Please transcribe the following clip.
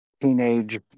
teenage